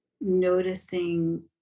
noticing